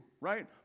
right